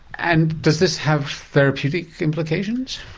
and does this have therapeutic implications?